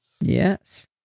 Yes